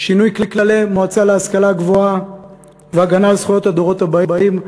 שינוי כללי המועצה להשכלה גבוהה והגנה על זכויות הדורות הבאים.